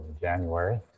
january